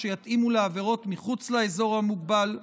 שיתאימו לעבירות מחוץ לאזור המוגבל ועוד.